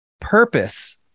purpose